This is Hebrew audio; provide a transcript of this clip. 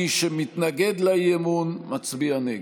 מי שמתנגד לאי-אמון מצביע נגד.